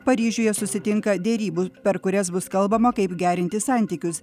paryžiuje susitinka derybų per kurias bus kalbama kaip gerinti santykius